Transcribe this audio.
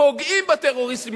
פוגעים בטרוריסטים,